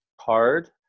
card